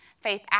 Faith